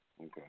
Okay